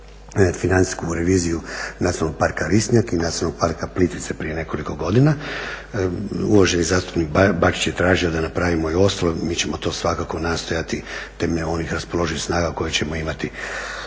financijsku reviziju Nacionalnog parka Risnjak i Nacionalnog parka Plitvice prije nekoliko godina. Uvaženi zastupnik Bačić je tražio da napravimo i ostale, mi ćemo to svakako nastojati temeljem ovih raspoloživih snaga koje ćemo imati.